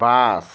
bus